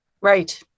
Right